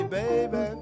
baby